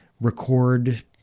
record